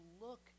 look